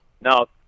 No